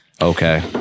Okay